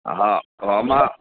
हा हा मां